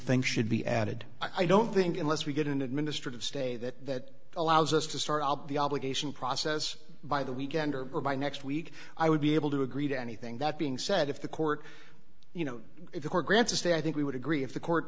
think should be added i don't think unless we get into administrative stay that allows us to start out the obligation process by the weekend or by next week i would be able to agree to anything that being said if the court you know if the court grants a stay i think we would agree if the court